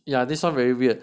yeah this one very weird